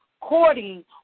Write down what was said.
courting